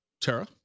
Tara